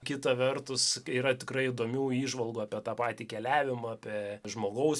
kita vertus yra tikrai įdomių įžvalgų apie tą patį keliavimą apie žmogaus